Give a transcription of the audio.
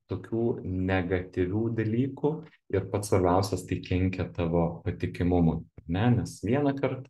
tokių negatyvių dalykų ir pats svarbiausias tai kenkia tavo patikimumui ne nes vienąkart